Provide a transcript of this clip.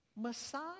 Messiah